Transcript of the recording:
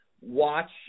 watch